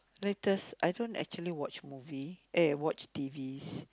latest I don't actually watch movies i watch T_Vs